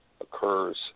occurs